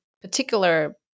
particular